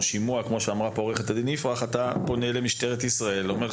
כמו שאמרה עורכת הדין יפרח אתה פונה למשטרת ישראל ואומר,